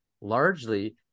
Largely